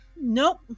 Nope